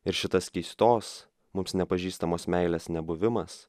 ir šitas keistos mums nepažįstamos meilės nebuvimas